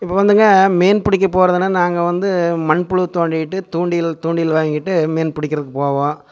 இப்போ வந்துங்க மீன் பிடிக்க போகறதுனா நாங்கள் வந்து மண்புழு தோண்டிவிட்டு தூண்டில் தூண்டில் வாங்கிகிட்டு மீன் பிடிக்கிறதுக்கு போவோம்